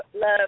love –